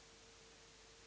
Hvala